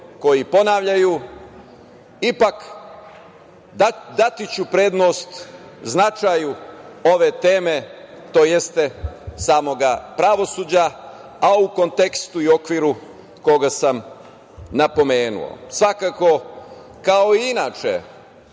koji ponavljaju, ipak daću prednost značaju ove teme, tj. samog pravosuđa, a kontekstu i okviru koga sam napomenuo. Svakako, kao i inače,